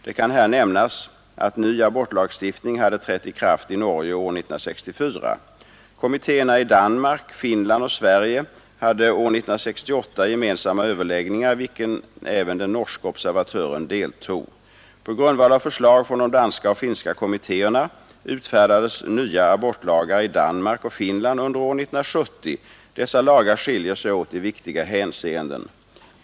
Det kan här nämnas att ny abortlagstiftning hade trätt i kraft i Norge år 1964. Kommittéerna i Danmark, Finland och Sverige hade år 1968 gemensamma överläggningar i vilka även den norske observatören deltog. På grundval av förslag från de danska och finska kommittéerna utfärdades nya abortlagar i Danmark och Finland under år 1970. Dessa lagar skiljer sig åt i viktiga hänseenden.